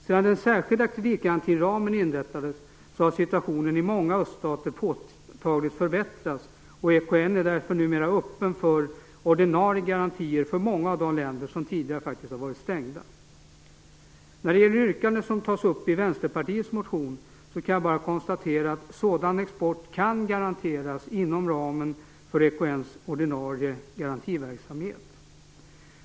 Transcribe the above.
Sedan den särskilda kreditgarantiramen inrättades har situationen i många öststater påtagligt förbättrats. EKN är därför numera öppen för ordinarie garantier för många av de länder som den tidigare faktiskt har varit stängd för. När det gäller det yrkande som tas upp i Vänsterpartiets motion kan jag bara konstatera att sådan export kan garanteras inom ramen för EKN:s ordinarie garantiverksamhet.